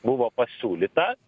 buvo pasiūlyta